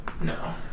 No